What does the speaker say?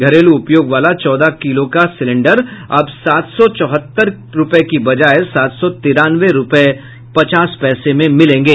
घरेलू उपयोग वाला चौदह किलो का सिलेंडर अब सात सौ चौहत्तर के बजाय सात सौ तिरानवे रूपये पचास पैसे में मिलेंगे